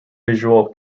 visual